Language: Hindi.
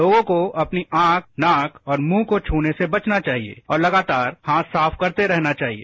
लोगों को अपनी आंख नाक और मुंह को छूने से बचना चाहिए और लगातार हाथ साफ करते रहना चाहिए